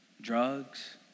Drugs